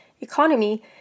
economy